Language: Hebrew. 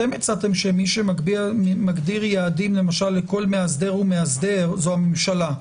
אתם הצעתם שמי שמגדיר יעדים למשל לכל מאסדר ומאסדר זה הממשלה.